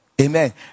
amen